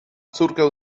córkę